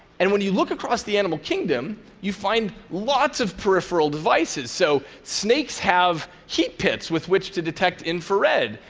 and when you look across the animal kingdom, you find lots of peripheral devices. so snakes have heat pits with which to detect infrared,